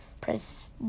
press